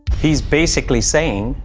he's basically saying,